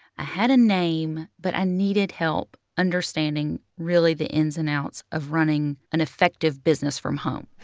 i had a name. but i needed help understanding really the ins and outs of running an effective business from home.